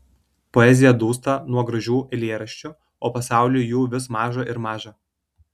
poezija dūsta nuo gražių eilėraščių o pasauliui jų vis maža ir maža